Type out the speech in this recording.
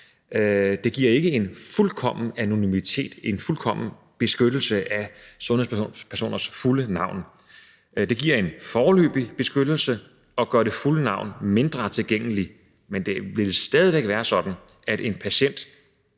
ikke giver en fuldkommen anonymitet og en fuldkommen beskyttelse af sundhedspersoners fulde navn. Det giver en foreløbig beskyttelse og gør det fulde navn mindre tilgængeligt, men det vil stadig væk være sådan, at en patient,